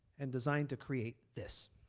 and designed to create this.